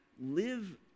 live